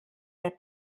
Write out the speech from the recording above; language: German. der